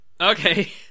okay